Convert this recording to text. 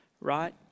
right